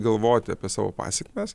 galvoti apie savo pasekmes